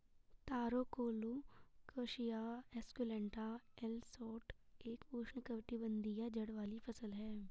तारो Colocasia esculenta L Schott एक उष्णकटिबंधीय जड़ वाली फसल है